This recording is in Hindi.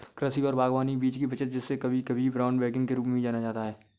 कृषि और बागवानी में बीज की बचत जिसे कभी कभी ब्राउन बैगिंग के रूप में जाना जाता है